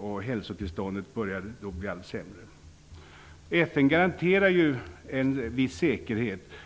och hälsotillståndet börjar bli allt sämre. FN garantear en viss säkerhet.